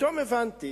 פתאום הבנתי